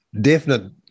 definite